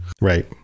right